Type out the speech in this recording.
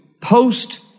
post